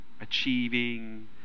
achieving